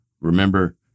Remember